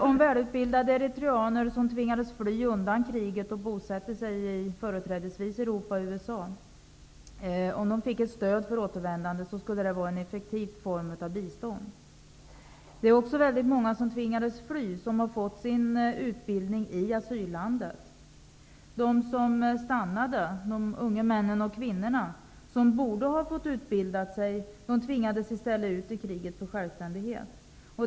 Om välutbildade eritreaner, som tvingades fly undan kriget och bosätta sig i Europa och USA, fick stöd för återvändandet, skulle det vara en effektiv form av bistånd. Det är också väldigt många av dem som tvingades fly som fått sin utbildning i asyllandet. De unga män och kvinnor som stannade och som borde ha fått utbilda sig tvingades i stället ut i kriget för självständighet.